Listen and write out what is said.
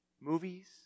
movies